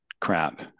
crap